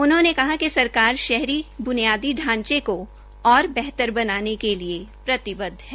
उन्होंने कहा कि सरकार शहरी ब्नियादी ांचे को बेहतर बनाने के लिये प्रतिबद्व है